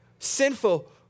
sinful